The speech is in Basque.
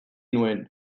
nuen